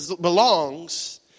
belongs